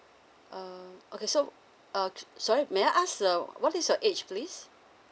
uh okay so uh sorry may I ask uh what is your age please